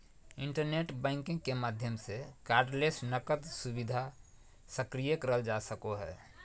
internet banking के माध्यम से कार्डलेस नकद सुविधा सक्रिय करल जा सको हय